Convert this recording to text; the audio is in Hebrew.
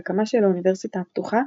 בהקמתה של האוניברסיטה הפתוחה,